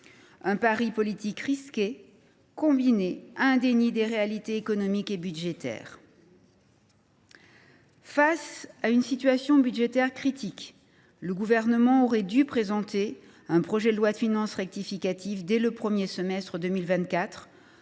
« pari » politique risqué combiné à un « déni » des réalités économiques et budgétaires. Face à une situation budgétaire critique, le Gouvernement aurait dû présenter un projet de loi de finances rectificative dès le premier semestre 2024,